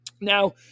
Now